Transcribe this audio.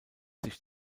sich